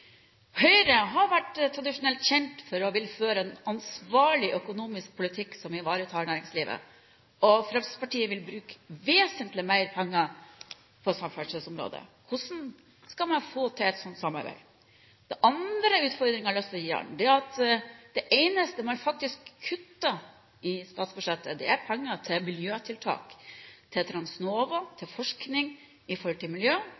Høyre har tradisjonelt vært kjent for å ville føre en ansvarlig økonomisk politikk som ivaretar næringslivet. Fremskrittspartiet vil bruke vesentlig mer penger på samferdselsområdet. Hvordan skal man få til et sånt samarbeid? Den andre utfordringen jeg har lyst til å gi ham, er: Det eneste man faktisk kutter i statsbudsjettet, er penger til miljøtiltak som Transnova, til forskning når det gjelder miljø,